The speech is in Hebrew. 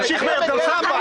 תמשיך, מאיר.